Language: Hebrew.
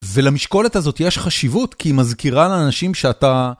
ולמשקולת הזאת יש חשיבות, כי היא מזכירה לאנשים שאתה...